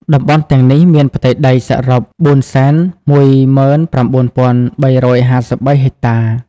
តំបន់ទាំងនេះមានផ្ទៃដីសរុប ៤១៩,៣៥៣ ហិកតា។